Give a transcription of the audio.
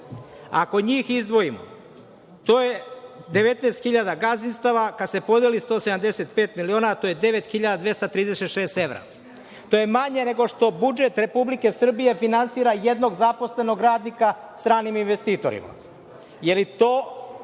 Ako njih izdvojimo, to je 19.000 gazdinstava, kad se podeli 175.000.000, to je 9.236 evra. To je manje nego što budžet Republike Srbije finansira jednog zaposlenog radnika stranim investitorima.